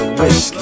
wish